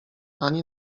ani